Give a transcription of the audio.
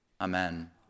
amen